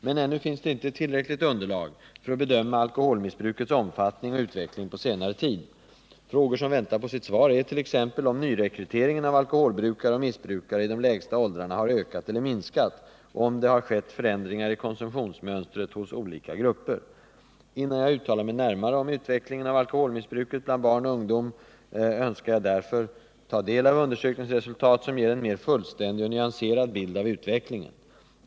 Men ännu finns det inte tillräckligt underlag för att bedöma alkoholmissbrukets omfattning och utveckling på senare tid. Frågor som väntar på sitt svar är t.ex. om nyrekryteringen av alkoholbrukare och missbrukare i de lägsta åldrarna har ökat eller minskat och om det skett förändringar i konsumtionsmönstret hos olika grupper. Innan jag uttalar mig närmare om utvecklingen av alkoholmissbruket bland barn och ungdom önskar jag därför ta del av undersökningsresultat som ger en mer fullständig och nyanserad bild av utvecklingen.